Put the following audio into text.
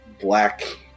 black